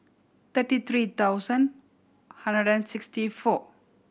thirty three thousand hundred and sixty four